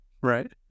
Right